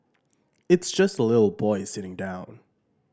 it's just a little boy sitting down